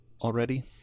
already